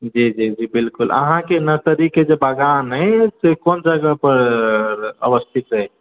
जी जी बिल्कुल अहाँ के नर्सरी के जे बागान येऽ से कोन से कोन जगह पर अवस्थित अछि